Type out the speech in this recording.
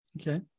Okay